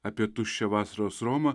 apie tuščią vasaros romą